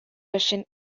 russian